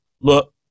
look